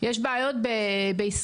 יש בעיות בישראל,